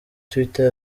twitter